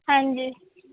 ਹਾਂਜੀ